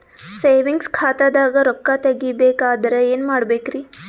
Savings ಖಾತಾದಾಗ ರೊಕ್ಕ ತೇಗಿ ಬೇಕಾದರ ಏನ ಮಾಡಬೇಕರಿ?